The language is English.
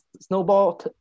snowball